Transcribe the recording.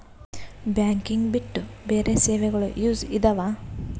Banking ಬಿಟ್ಟು ಬೇರೆ ಸೇವೆಗಳು ಯೂಸ್ ಇದಾವ?